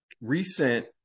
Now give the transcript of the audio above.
recent